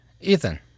Ethan